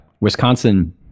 Wisconsin